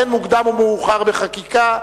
אין מוקדם ומאוחר בחקיקה.